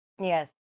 yes